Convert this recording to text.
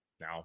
Now